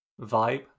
vibe